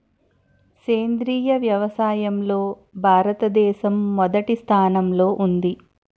సేంద్రీయ వ్యవసాయంలో భారతదేశం మొదటి స్థానంలో ఉంది